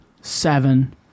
seven